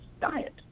diet